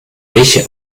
welche